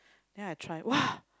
then I try !wah!